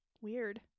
Weird